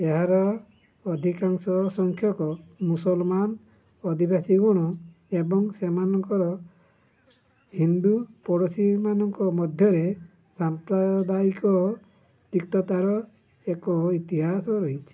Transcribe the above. ଏହାର ଅଧିକାଂଶ ସଂଖ୍ୟକ ମୁସଲମାନ ଅଧିବାସୀଗଣ ଏବଂ ସେମାନଙ୍କର ହିନ୍ଦୁ ପଡ଼ୋଶୀମାନଙ୍କ ମଧ୍ୟରେ ସାମ୍ପ୍ରଦାୟିକ ତିକ୍ତତାର ଏକ ଇତିହାସ ରହିଛି